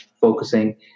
focusing